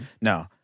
no